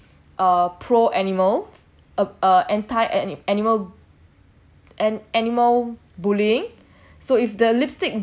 uh pro animals uh anti ani~ animal and animal bullying so if the lipstick